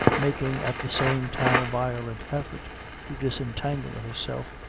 making at the same time a violent effort to disentangle herself,